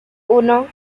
uno